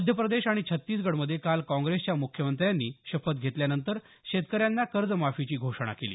मध्यप्रदेश आणि छत्तीसगडमध्ये काल काँग्रेसच्या मुख्यमंत्र्यांनी शपथ घेतल्यानंतर शेतकऱ्यांना कर्जमाफीची घोषणा केली